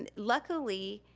and luckily,